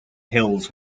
hills